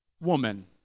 woman